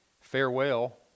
farewell